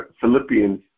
Philippians